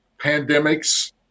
pandemics